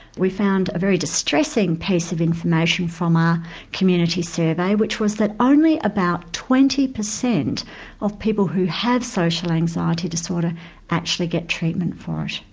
we found a very distressing piece of information from our community survey which was that only about twenty percent of people who have social anxiety disorder actually get treatment for it.